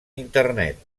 internet